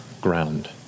ground